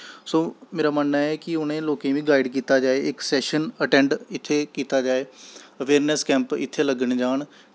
सो मेरा मनन्ना ऐ कि उ'नें लोकें गी बी गाईड़ कीता जाऽ इक सैशन अटैंड इत्थै कीता जाऽ अवेयरनैस कैंप इत्थै लग्गे जान